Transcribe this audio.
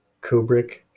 Kubrick